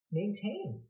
maintain